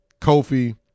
Kofi